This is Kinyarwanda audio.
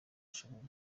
ushoboye